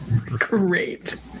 Great